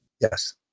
Yes